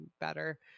better